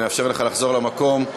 נאפשר לך לחזור למקום.